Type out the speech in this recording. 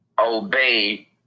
obey